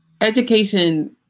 education